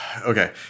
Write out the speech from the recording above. Okay